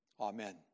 amen